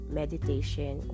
meditation